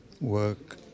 work